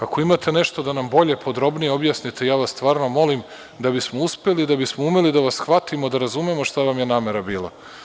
Ako imate nešto da nam bolje i podrobnije objasnite, ja vas stvarno molim da bismo uspeli, da bismo umeli da vas shvatimo da razumemo šta vam je namera bila.